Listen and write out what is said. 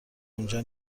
اونجا